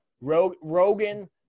Rogan